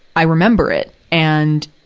i remember it. and,